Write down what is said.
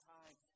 time